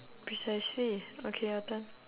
precisely okay your turn